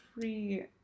free